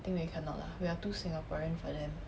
I think we cannot lah we are too singaporean for them